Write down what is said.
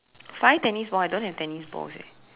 five tennis ball I don't have tennis balls eh